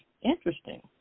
Interesting